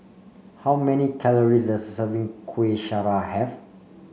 how many calories does serving Kueh Syara have